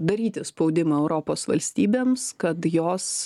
daryti spaudimą europos valstybėms kad jos